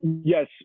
Yes